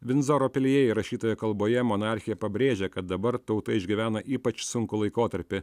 vinzoro pilyje įrašytoje kalboje monarchė pabrėžia kad dabar tauta išgyvena ypač sunkų laikotarpį